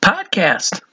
Podcast